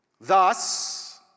Thus